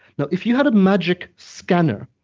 now, if you had a magic scanner,